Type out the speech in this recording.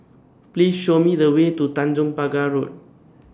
Please Show Me The Way to Tanjong Pagar Road